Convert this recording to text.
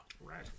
Right